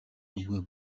эвгүй